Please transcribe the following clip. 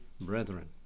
brethren